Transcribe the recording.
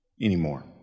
anymore